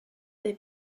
des